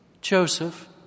Joseph